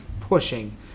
pushing